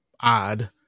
odd